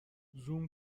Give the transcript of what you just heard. زوم